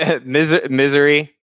Misery